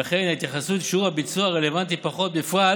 ולכן התייחסות לשיעור הביצוע רלוונטית פחות, בפרט